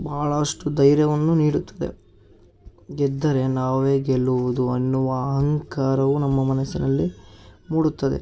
ಬಹಳಷ್ಟು ಧೈರ್ಯವನ್ನು ನೀಡುತ್ತದೆ ಗೆದ್ದರೆ ನಾವೇ ಗೆಲ್ಲುವುದು ಅನ್ನುವ ಅಹಂಕಾರವು ನಮ್ಮ ಮನಸ್ಸಿನಲ್ಲಿ ಮೂಡುತ್ತದೆ